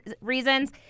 reasons